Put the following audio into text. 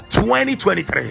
2023